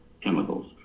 chemicals